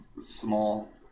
small